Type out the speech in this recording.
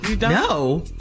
No